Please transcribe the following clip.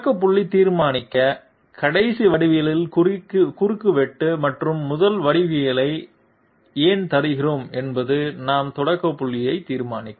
தொடக்க புள்ளியை தீர்மானிக்க கடைசி வடிவவியலின் குறுக்குவெட்டு மற்றும் முதல் வடிவவியலை ஏன் தருகிறோம் என்பது நம் தொடக்க புள்ளியை தீர்மானிக்கும்